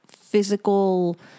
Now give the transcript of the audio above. physical